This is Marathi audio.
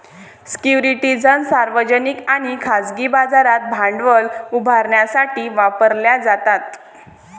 सिक्युरिटीज सार्वजनिक आणि खाजगी बाजारात भांडवल उभारण्यासाठी वापरल्या जातात